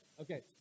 Okay